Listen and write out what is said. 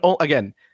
again